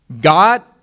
God